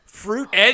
Fruit